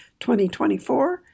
2024